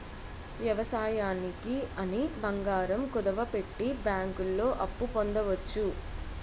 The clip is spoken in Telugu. వ్యవసాయానికి అని బంగారం కుదువపెట్టి బ్యాంకుల్లో అప్పు పొందవచ్చు